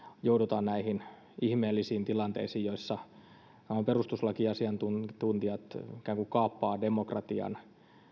joudutaan näihin ihmeellisiin tilanteisiin joissa nämä perustuslakiasiantuntijat ikään kuin kaappaavat demokratian